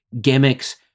gimmicks